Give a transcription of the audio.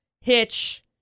hitch